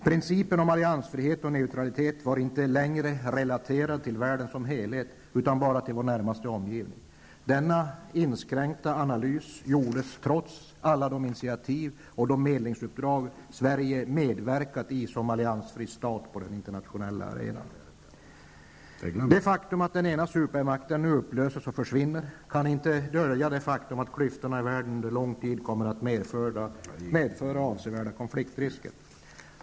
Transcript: Principen om alliansfrihet och neutralitet var inte längre relaterad till världen som helhet, utan bara till vår närmaste omgivning. Denna inskränkta analys gjordes trots alla de initiativ och medlingsuppdrag Sverige som alliansfri stat medverkat i på den internationella arenan. Det faktum att den ena supermakten nu upplöses och försvinner kan inte dölja att klyftorna i världen under lång tid kommer att medföra avsevärda konfliktrisker.